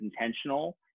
intentional